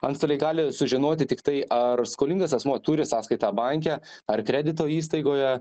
antstoliai gali sužinoti tiktai ar skolingas asmuo turi sąskaitą banke ar kredito įstaigoje